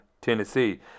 Tennessee